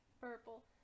Purple